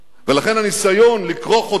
ולכן הניסיון לכרוך אותם,